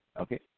Okay